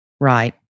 Right